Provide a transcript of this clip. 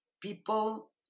people